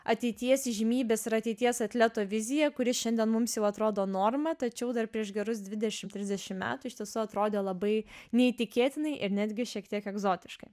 ateities įžymybės ir ateities atleto viziją kuri šiandien mums jau atrodo norma tačiau dar prieš gerus dvidešim trisdešim metų iš tiesų atrodė labai neįtikėtinai ir netgi šiek tiek egzotiškai